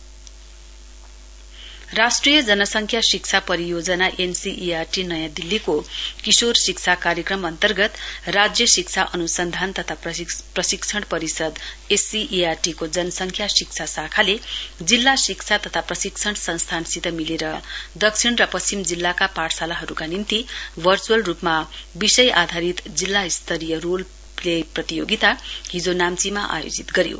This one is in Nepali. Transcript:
एडोलेन्स एड्युकेशन प्रोग्राम नाम्ची राष्ट्रिय जनसंख्या शिक्षा परियोजना एनसीईआरटी नयाँ दिल्लीको किशोर शिक्षा कार्यक्रम अन्तर्गत राज्य शिक्षा अन्सन्धान तथा प्रशिक्षण परिषद् एससीईआरटी को जनसंख्या शिक्षा शाखाले जिल्ला शिक्षा तथा प्रशिक्षण संस्थानसित मिलेर दक्षिण र पश्चिम जिल्लाका पाठशालाहरूका निम्ति भर्च्अल रूपमा विषय आधारित जिल्ला स्तरीय रोल प्ले प्रतियोगिता हिजो नाम्चीमा आयोजित गर्यो